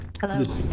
Hello